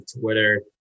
Twitter